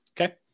Okay